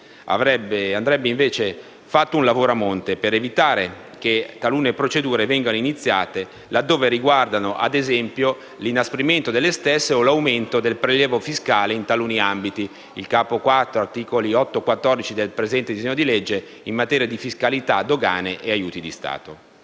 Andrebbe fatto, invece, un lavoro a monte per evitare che talune procedure vengano iniziate laddove riguardano, ad esempio, l'inasprimento delle stesse o l'aumento del prelievo fiscale in taluni ambiti (il capo IV, articoli 8-14 del presente disegno di legge, in materia di fiscalità, dogane e aiuti di Stato).